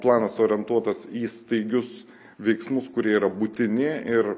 planas orientuotas į staigius veiksmus kurie yra būtini ir